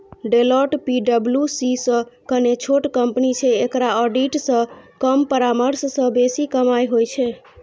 Deloitte पी.डब्ल्यू.सी सं कने छोट कंपनी छै, एकरा ऑडिट सं कम परामर्श सं बेसी कमाइ होइ छै